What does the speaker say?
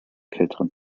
kälteren